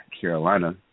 Carolina